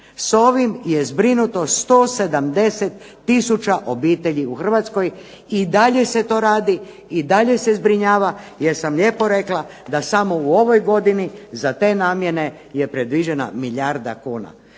s ovim je zbrinuto 170000 obitelji u Hrvatskoj. I dalje se to radi i dalje se zbrinjava, jer sam lijepo rekla da samo u ovoj godini je predviđena milijarda kuna.